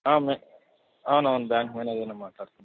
మే అవునవును బ్యాంకు మేనేజర్నే మాట్లాడుతున్నా